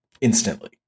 instantly